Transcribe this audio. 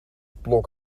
blok